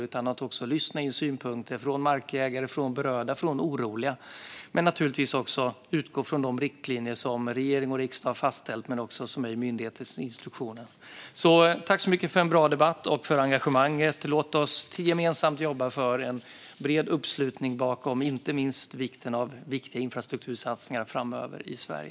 Det handlar också om att lyssna in synpunkter från markägare, berörda och oroliga. Det gäller naturligtvis också att utgå från de riktlinjer som regering och riksdag har fastställt och som finns i myndigheters instruktioner. Tack så mycket för en bra debatt och för engagemanget. Låt oss gemensamt jobba för en bred uppslutning bakom viktiga infrastruktursatsningar framöver i Sverige.